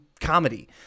comedy